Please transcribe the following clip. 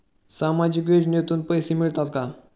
सामाजिक योजनेतून पैसे मिळतात का?